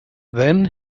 then